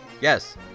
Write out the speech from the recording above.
Yes